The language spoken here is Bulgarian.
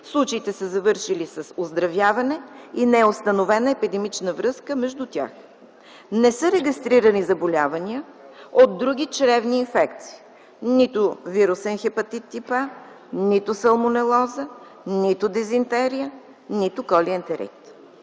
Случаите са завършили с оздравяване и не е установена епидемична връзка между тях. Не са регистрирани заболявания от други чревни инфекции: нито вирусен хепатит тип А, нито салмонелоза, нито дизентерия, нито колиентерит.